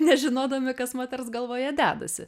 nežinodami kas moters galvoje dedasi